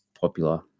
popular